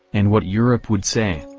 and what europe would say.